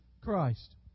Christ